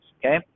okay